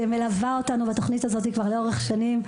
שמלווה אותנו בתוכנית הזו כבר לאורך שנים.